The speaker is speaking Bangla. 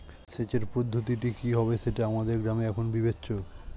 সেচের পদ্ধতিটি কি হবে সেটা আমাদের গ্রামে এখনো বিবেচ্য